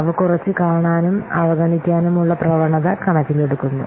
അവ കുറച്ചുകാണാനും അവഗണിക്കാനുമുള്ള പ്രവണത കണക്കിലെടുക്കുന്നു